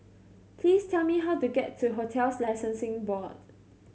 please tell me how to get to Hotels Licensing Board